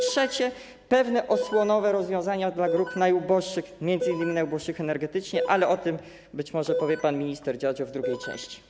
Trzecim działaniem są pewne osłonowe rozwiązania dla grup najuboższych, m.in. najuboższych energetycznie, ale o tym być może powie pan minister Dziadzio w drugiej części.